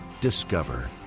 Discover